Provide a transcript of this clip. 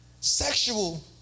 sexual